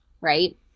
right